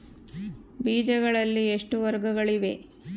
ಬೇಜಗಳಲ್ಲಿ ಎಷ್ಟು ವರ್ಗಗಳಿವೆ?